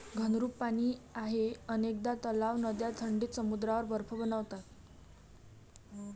घनरूप पाणी आहे अनेकदा तलाव, नद्या थंडीत समुद्रावर बर्फ बनतात